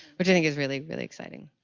which i think is really, really exciting.